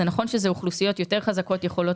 זה נכון שאוכלוסיות יותר חזקות יכולות